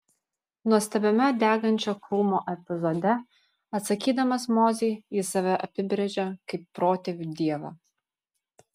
nuostabiame degančio krūmo epizode atsakydamas mozei jis save apibrėžia kaip protėvių dievą